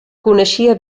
coneixia